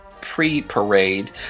pre-parade